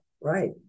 right